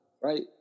Right